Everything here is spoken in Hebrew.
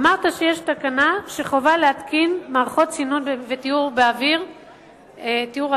אמרת שיש תקנה שחובה להתקין מערכות סינון וטיהור אוויר במקלטים.